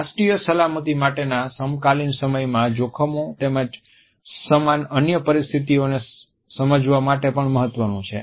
રાષ્ટ્રીય સલામતી માટેના સમકાલીન સમયમાં જોખમો તેમજ સમાન અન્ય પરિસ્થિતિઓને સમજવા માટે પણ મહત્વનું છે